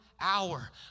hour